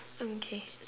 okay